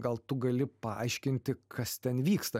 gal tu gali paaiškinti kas ten vyksta